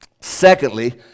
Secondly